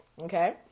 Okay